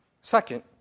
Second